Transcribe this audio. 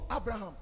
Abraham